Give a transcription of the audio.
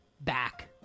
back